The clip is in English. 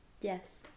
Yes